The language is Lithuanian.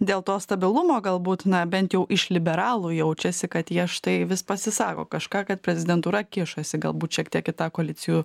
dėl to stabilumo galbūt na bent jau iš liberalų jaučiasi kad jie štai vis pasisako kažką kad prezidentūra kišasi galbūt šiek tiek į tą koalicijų